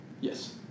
Yes